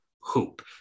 hoop